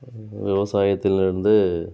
விவசாயத்திலிருந்து